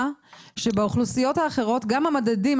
מסבירה שבאוכלוסיות האחרות גם המדדים,